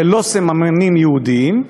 ללא סממנים יהודיים,